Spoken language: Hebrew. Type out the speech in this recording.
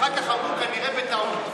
אחר כך אמרו: כנראה בטעות,